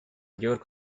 york